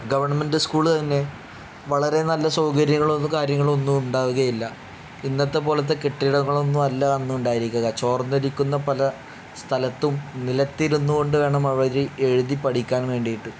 government school തന്നെ വളരെ നല്ല സൗകര്യങ്ങളൊന്നും കാര്യങ്ങളൊന്നും ഉണ്ടാവുകയും ഇല്ല ഇന്നത്തെ പോലത്തെ കെട്ടിടങ്ങളൊന്നും അല്ല അന്ന് ഉണ്ടായിരിക്കുക ചോർന്നൊലിക്കുന്ന പല സ്ഥലത്തും നിലത്തിരുന്ന് കൊണ്ട് വേണം അവർ എഴുതി പഠിക്കാൻ വേണ്ടിയിട്ട്